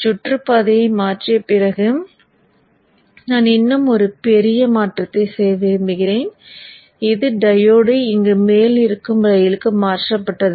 சுற்றுபாதையை மாற்றிய பிறகு நான் இன்னும் ஒரு பெரிய மாற்றத்தை செய்ய விரும்புகிறேன் இது டையோடு இங்கு மேல் ரயிலுக்கு மாற்றப்பட்டது